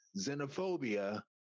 xenophobia